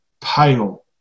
pale